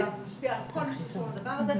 משפיע על כל מי שקשור לדבר הזה,